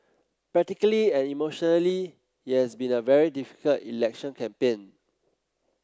practically and emotionally it has been a very difficult election campaign